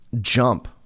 jump